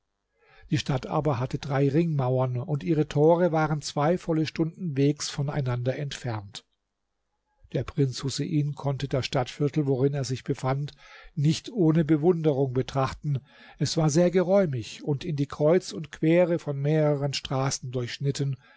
die stadt aber hatte drei ringmauern und ihre tore waren zwei volle stunden wegs von einander entfernt der prinz husein konnte das stadtviertel worin er sich befand nicht ohne bewunderung betrachten es war sehr geräumig und in die kreuz und quere von mehreren straßen durchschnitten